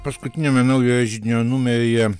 paskutiniame naujojo židinio numeryje